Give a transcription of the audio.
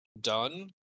Done